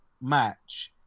match